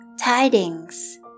Tidings